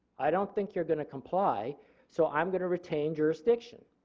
i don't think you are going to comply so i am going to retain jurisdiction.